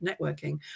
networking